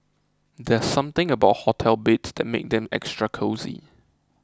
there's something about hotel beds that makes them extra cosy